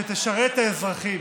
שתשרת את האזרחים.